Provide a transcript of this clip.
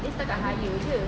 dia setakat hire jer